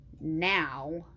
now